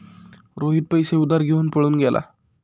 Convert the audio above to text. रोहित पैसे उधार घेऊन पळून गेला